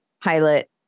pilot